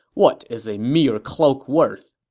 what is a mere cloak worth?